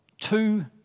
two